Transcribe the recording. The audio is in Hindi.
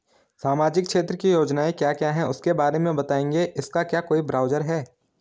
सामाजिक क्षेत्र की योजनाएँ क्या क्या हैं उसके बारे में बताएँगे इसका क्या कोई ब्राउज़र है?